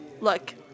look